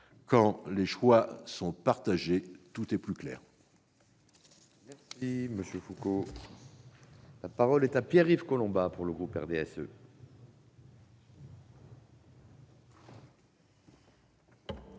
Quand les choix sont partagés, tout est plus clair